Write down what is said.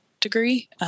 degree